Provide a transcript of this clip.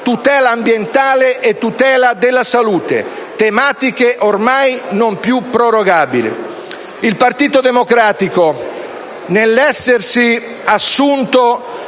tutela ambientale e tutela della salute, tematiche ormai non più prorogabili. Il Partito Democratico nell'aver assunto